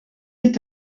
est